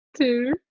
two